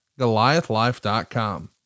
Goliathlife.com